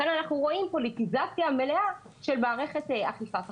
כאן אנחנו רואים פוליטיזציה מלאה של מערכת אכיפת החוק.